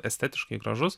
estetiškai gražus